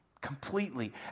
Completely